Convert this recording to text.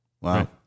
Wow